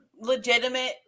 legitimate